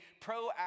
proactive